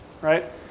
right